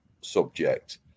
subject